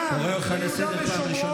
גם ביהודה ושומרון,